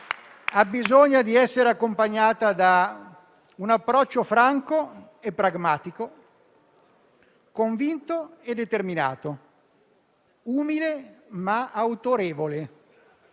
ha bisogno di essere accompagnata da un approccio franco e pragmatico, convinto e determinato, umile ma autorevole.